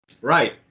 Right